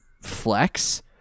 flex